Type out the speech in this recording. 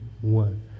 one